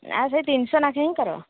ଆ ସେଇ ତିନିଶହ ନାଖେ ହିଁ କର